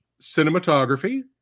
cinematography